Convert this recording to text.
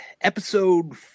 Episode